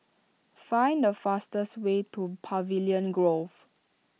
find the fastest way to Pavilion Grove